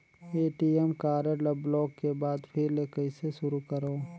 ATM card ल block के बाद फिर ले कइसे शुरू करव?